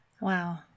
Wow